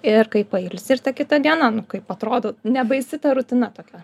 ir kai pailsi ir ta kita diena nu kaip atrodo nebaisi ta rutina tokia